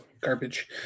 Garbage